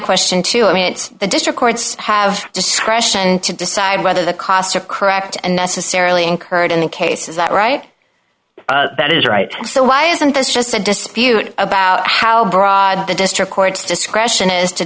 question to you i mean it's the district courts have discretion to decide whether the costs are correct and necessarily incurred in the case is that right that is right so why isn't this just a dispute about how broad the district court discretion